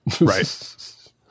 right